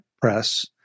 press